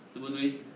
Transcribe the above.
对不对